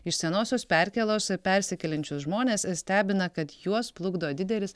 iš senosios perkėlos persikeliančius žmones stebina kad juos plukdo didelis